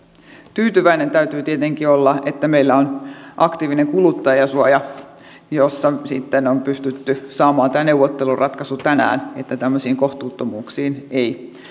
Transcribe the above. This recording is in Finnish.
tyytyväinen täytyy tietenkin olla että meillä on aktiivinen kuluttajansuoja jossa sitten on pystytty saamaan tämä neuvotteluratkaisu tänään että tämmöisiin kohtuuttomuuksiin ei